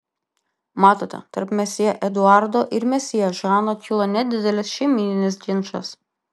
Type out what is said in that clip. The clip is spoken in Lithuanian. matote tarp mesjė eduardo ir mesjė žano kilo nedidelis šeimyninis ginčas